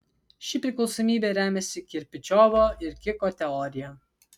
ši priklausomybė remiasi kirpičiovo ir kiko teorija